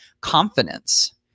confidence